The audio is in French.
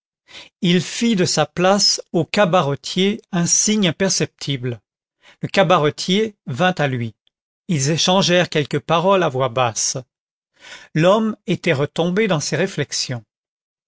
il fit de sa place au cabaretier un signe imperceptible le cabaretier vint à lui ils échangèrent quelques paroles à voix basse l'homme était retombé dans ses réflexions